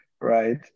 right